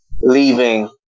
leaving